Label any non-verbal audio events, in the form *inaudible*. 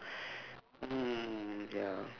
*breath* mm ya